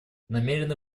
намерены